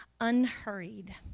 unhurried